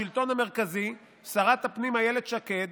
בשלטון המרכזי, שרת הפנים אילת שקד